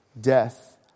death